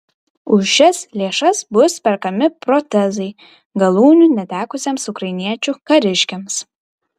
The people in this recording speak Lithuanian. už šias lėšas bus perkami protezai galūnių netekusiems ukrainiečių kariškiams